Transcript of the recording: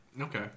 Okay